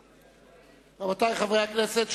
רבותי חברי הכנסת,